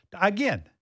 again